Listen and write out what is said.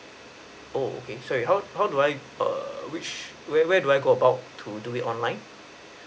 oh okay sorry how how do I err which where where do I go about to do it online